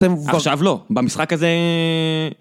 עכשיו לא, במשחק הזה...